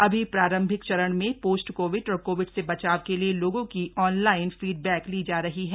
अभी प्रारम्भिक चरण में पोस्ट कोविड और कोविड से बचाव के लिए लोगों की ऑनलाइन फीडबैक ली जा रही है